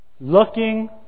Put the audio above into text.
looking